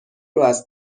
رواز